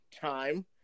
time